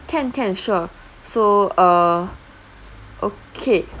can can sure so err okay